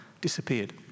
disappeared